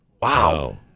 Wow